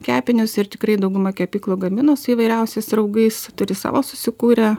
kepinius ir tikrai dauguma kepyklų gamina su įvairiausiais raugais turi savo susikūrę